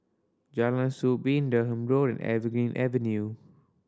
Jalan Soo Been Durham Road and Evergreen Avenue